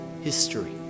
history